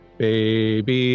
baby